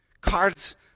cards